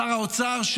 שר האוצר,